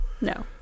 No